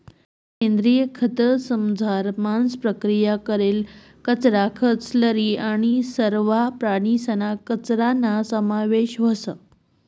सेंद्रिय खतंसमझार मांस प्रक्रिया करेल कचरा, खतं, स्लरी आणि सरवा प्राणीसना कचराना समावेश व्हस